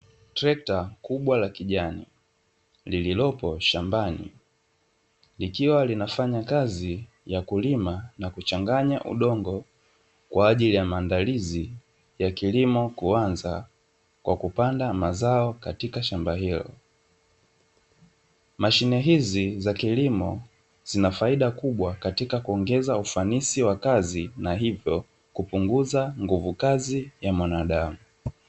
Trekta kubwa la kijani lililopo shambani, likiwa linafanya kazi ya kulima na kuchanganya udongo, kwa ajili ya maandalizi ya kilimo kuanza kwa kupanda mazao katika shamba hilo. Mashine hizi za kilimo zina faida kubwa katika kuongeza ufanisi wa kazi, na hivyo kupunguza nguvu kazi ya mwanadamu.